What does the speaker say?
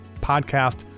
podcast